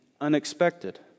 unexpected